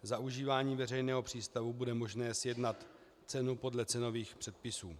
Za užívání veřejného přístavu bude možné sjednat cenu podle cenových předpisů.